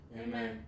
Amen